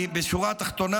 בשורה התחתונה,